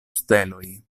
steloj